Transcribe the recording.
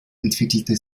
entwickelte